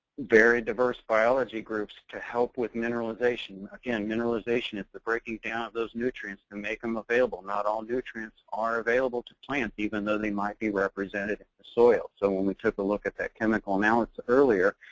very diverse biology groups to help with mineralization. again, mineralization is the breaking down of those nutrients to make them available. not all nutrients are available to plants, even though they might be represented in the soil so when we took a look at that chemical analysis earlier,